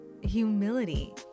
humility